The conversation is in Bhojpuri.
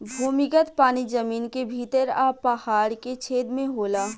भूमिगत पानी जमीन के भीतर आ पहाड़ के छेद में होला